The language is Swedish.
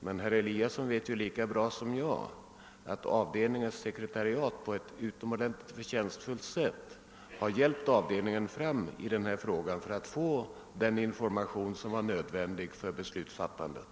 Men herr Eliasson vet lika bra som jag att avdelningens sekretariat på ett mycket värdefullt sätt har hjälpt till att få fram den information som var nödvändig för beslutsfattandet.